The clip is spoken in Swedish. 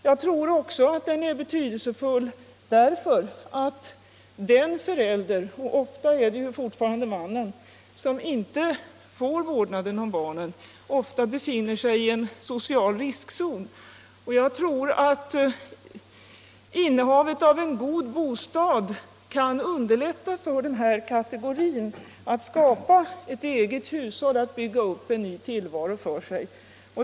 Jag tror också att den är betydelsefull därför att den förälder, och ofta är det ju fortfarande mannen, som inte har vårdnaden om barnen inte sällan befinner sig i en social riskzon. Jag tror att innehavet av en god bostad kan underlätta för den här kategorin att skapa ett eget hushåll och att bygga upp en ny tillvaro för sig.